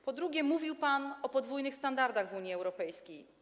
Po drugie, mówił pan o podwójnych standardach w Unii Europejskiej.